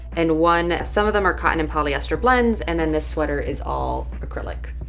and one, some of them are cotton and polyester blends. and then this sweater is all acrylic,